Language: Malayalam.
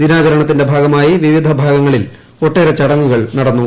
ദിനാചരണത്തിന്റെ ഭാഗമായി വിവിധ ഭാഗങ്ങളിൽ ഒട്ടേറെ ചടങ്ങുകൾ നടന്നു